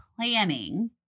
planning